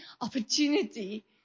opportunity